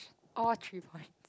all three points